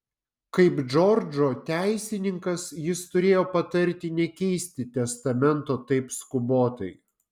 kaip džordžo teisininkas jis turėjo patarti nekeisti testamento taip skubotai